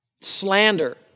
Slander